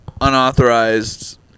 unauthorized